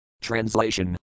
Translation